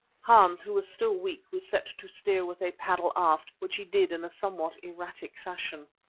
hans, who was still weak, we set to steer with a paddle aft, which he did in a somewhat erratic fashion.